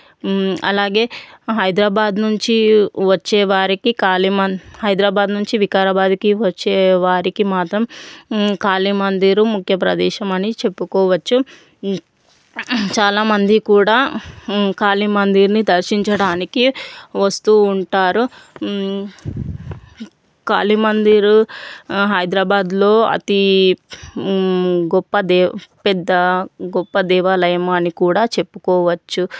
అలాగే హైదరాబాద్ నుంచి వచ్చేవారికి కాళీ హైదరాబాద్ నుంచి వికారాబాద్కి వచ్చే వారికి మాత్రం కాళీ మందిర్ ముఖ్య ప్రదేశమని చెప్పుకోవచ్చు చాలామంది కూడా కాళీ మందిర్ని దర్శించడానికి వస్తూ ఉంటారు కాళీ మందిర్ హైదరాబాదులో అతి గొప్ప దేవా పెద్ద గొప్ప దేవాలయము అని కూడా చెప్పుకోవచ్చు